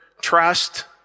trust